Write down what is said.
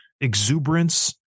exuberance